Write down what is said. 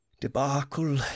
debacle